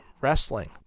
Wrestling